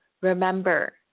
remember